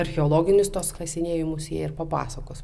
archeologinius tuos kasinėjimus jie ir papasakos